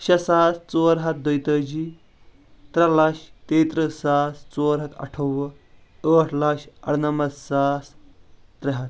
شیٚے ساس ژور ہتھ دۄیہِ تٲجی ترٛےٚ لچھ تیٚیہِ تٕرٕہ ساس ژور ہتھ اٹھووُہ ٲٹھ لچھ ارنمتھ ساس ترٛےٚ ہتھ